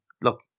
look